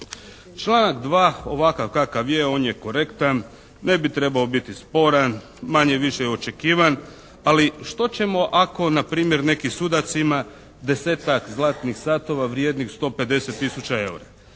Članak 2. ovakav kakav je, on je korektan, ne bi trebao biti sporan. Manje-više je očekivan. Ali što ćemo ako na primjer neki sudac ima desetak zlatnih satova vrijednih 150 tisuća